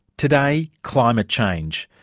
today climate change.